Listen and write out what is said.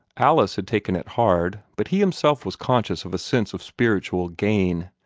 alice had taken it hard, but he himself was conscious of a sense of spiritual gain.